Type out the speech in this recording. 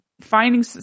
finding